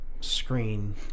screen